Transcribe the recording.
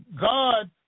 God